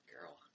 Girl